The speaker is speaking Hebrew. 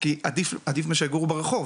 אבל זה עדיף מאשר שהם יגורו ברחוב